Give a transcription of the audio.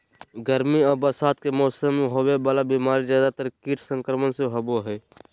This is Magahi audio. गर्मी और बरसात के मौसम में होबे वला बीमारी ज्यादातर कीट संक्रमण से होबो हइ